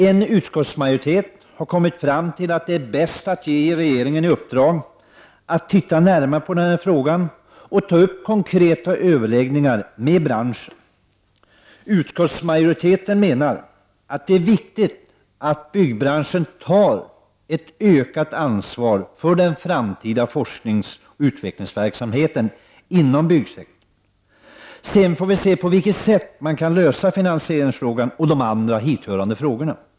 En majoritet i utskottet har kommit fram till att det är bäst att ge regeringen i uppdrag att titta närmare på den här frågan och ta upp konkreta överläggningar med branschen. Utskottsmajoriteten menar att det är viktigt att byggbranschen tar ett ökat ansvar för den framtida forskningsoch utvecklingsverksamheten inom byggsektorn. Sedan får vi se på vilket sätt man kan lösa finansieringsfrågan och de andra hithörande frågorna.